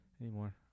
anymore